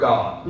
God